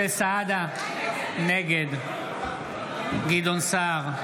נגד גדעון סער,